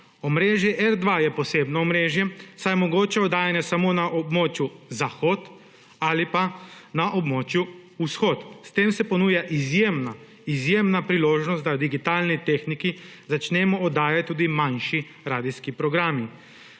Omrežje R2 je posebno omrežje, saj omogoča oddajanje samo na območju zahod ali pa na območju vzhod. S tem se ponuja izjemna priložnost, da v digitalni tehniki začnejo oddajati tudi manjši radijski programi.